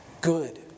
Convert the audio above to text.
good